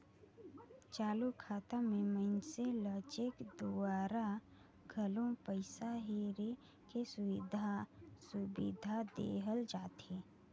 चालू खाता मे मइनसे ल चेक दूवारा घलो पइसा हेरे के सुबिधा देहल जाथे